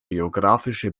biographische